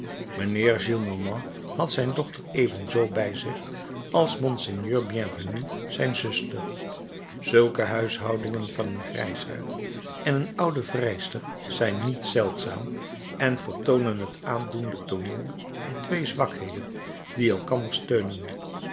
mijnheer gillenormand had zijn dochter evenzoo bij zich als monseigneur bienvenu zijn zuster zulke huishoudingen van een grijsaard en een oude vrijster zijn niet zeldzaam en vertoonen het aandoenlijk tooneel van twee zwakheden die elkander steunen